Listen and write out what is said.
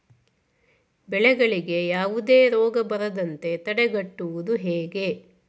ಬೆಳೆಗಳಿಗೆ ಯಾವುದೇ ರೋಗ ಬರದಂತೆ ತಡೆಗಟ್ಟುವುದು ಹೇಗೆ?